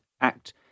act